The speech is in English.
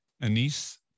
Anise